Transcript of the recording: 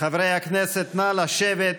חברי כנסת, נא לשבת.